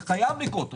זה חייב לקרות היום.